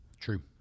True